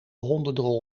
hondendrol